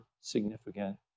significant